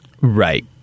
Right